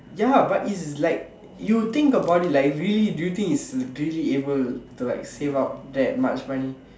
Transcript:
ya but it's like you think about it like really do you think it's really able to like save up that much money